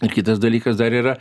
ir kitas dalykas dar yra